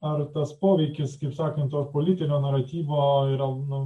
ar tas poveikis kaip sakant to politinio naratyvo yra nu